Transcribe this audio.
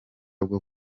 bwo